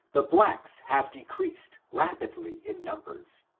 the blacks have decreased rapidly in numbers.